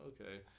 Okay